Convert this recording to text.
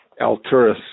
Alturas